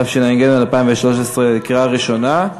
התשע"ג 2013, לקריאה ראשונה,